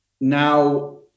Now